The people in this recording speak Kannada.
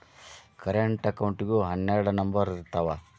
ಕರೆಂಟ್ ಅಕೌಂಟಿಗೂ ಹನ್ನೆರಡ್ ನಂಬರ್ ಇರ್ತಾವ